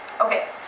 Okay